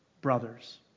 brothers